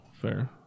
fair